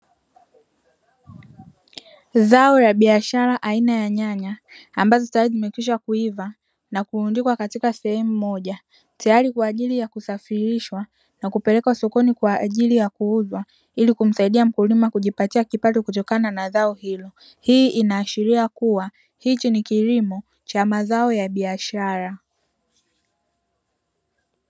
Zao la biashara aina ya nyanya ambazo tayari zimekwisha kuiva na kulundikwa katika sehemu moja, tayari kwa ajili ya kusafirishwa na kupelekwa sokoni kwajili ya kuuzwa ili kumsaidia mkulima kujipatia kipato kutokana na zao hilo, hii ina ashiria kuwa hichi ni kilimo cha mazao ya biashara.